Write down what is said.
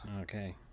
Okay